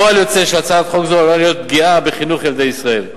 כפועל יוצא של הצעת חוק זו עלולה להיות פגיעה בחינוך ילדי ישראל.